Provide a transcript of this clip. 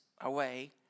away